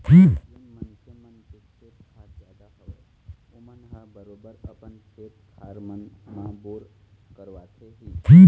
जेन मनखे मन के खेत खार जादा हवय ओमन ह बरोबर अपन खेत खार मन म बोर करवाथे ही